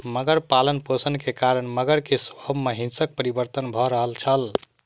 मगर पालनपोषण के कारण मगर के स्वभाव में हिंसक परिवर्तन भ रहल छल